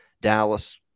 dallas